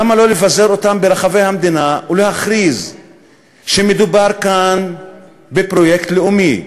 למה לא לבזר אותם ברחבי המדינה ולהכריז שמדובר כאן בפרויקט לאומי?